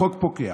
החוק פוקע.